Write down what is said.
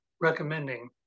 recommending